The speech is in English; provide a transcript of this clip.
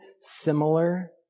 similar